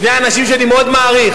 שני אנשים שאני מאוד מעריך,